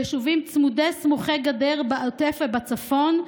ליישובים צמודי או סמוכי גדר בעוטף ובצפון,